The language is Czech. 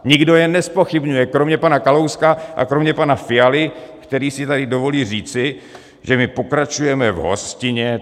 Nikdo je nezpochybňuje kromě pana Kalouska a kromě pana Fialy, který si tady dovolí říci, že my pokračujeme v hostině.